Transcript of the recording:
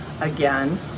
Again